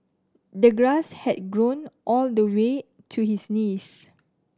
the grass had grown all the way to his knees